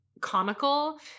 comical